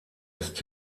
ist